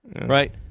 right